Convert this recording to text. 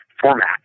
format